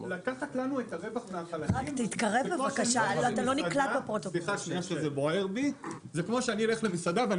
לקחת לנו את הרווח מהחלפים זה כמו שאני אלך למסעדה ואני